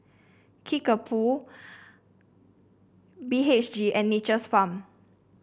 Kickapoo B H G and Nature's Farm